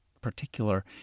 particular